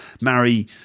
marry